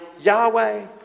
Yahweh